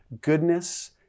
goodness